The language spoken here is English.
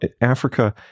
Africa